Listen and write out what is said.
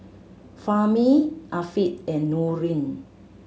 Fahmi Afiq and Nurin